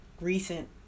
recent